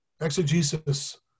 Exegesis